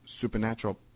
supernatural